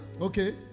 okay